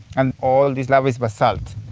and all this lava is basalt,